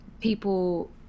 people